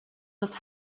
this